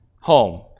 home